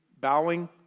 bowing